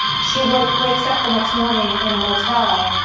she wakes wakes up the next morning in a motel,